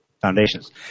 foundations